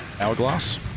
hourglass